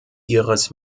ihres